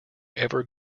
ever